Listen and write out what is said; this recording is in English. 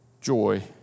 joy